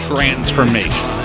Transformation